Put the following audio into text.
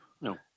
no